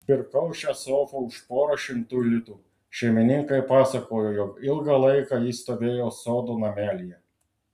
pirkau šią sofą už porą šimtų litų šeimininkai pasakojo jog ilgą laiką ji stovėjo sodo namelyje